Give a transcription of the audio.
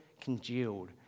congealed